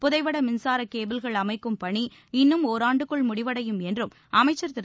புதைவட மின்சார கேபிள்கள் அமைக்கும் பணி இன்னும் ஒராண்டுக்குள் முடிவடையும் என்றும் அமைச்சர் திரு